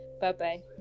Bye-bye